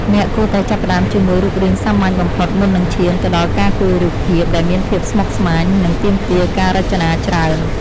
អ្នកគួរតែចាប់ផ្តើមជាមួយរូបរាងសាមញ្ញបំផុតមុននឹងឈានទៅដល់ការគូររូបភាពដែលមានភាពស្មុគស្មាញ និងទាមទារការរចនាច្រើន។